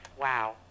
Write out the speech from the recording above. wow